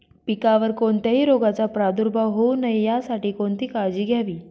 पिकावर कोणत्याही रोगाचा प्रादुर्भाव होऊ नये यासाठी कोणती काळजी घ्यावी?